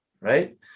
right